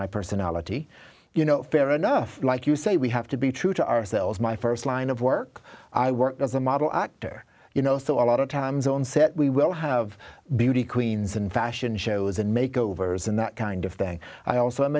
my personality you know fair enough like you say we have to be true to ourselves my st line of work i worked as a model actor you know so a lot of times on set we will have beauty queens and fashion shows and make overs and that kind of thing i also